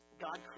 God